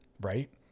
right